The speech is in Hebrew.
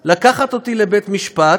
לאזרח לקחת אותי לבית-משפט,